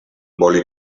boli